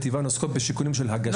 מטבען עוסקות בשיקולים של הגשת כתב אישום.